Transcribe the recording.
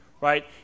right